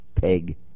peg